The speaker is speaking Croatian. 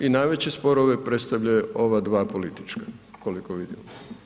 I najveće sporove predstavljaju ova dva politička koliko vidim.